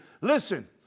Listen